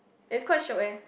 it's quite shiok eh